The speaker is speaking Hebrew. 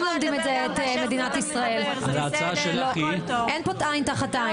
אין פה עין תחת עין.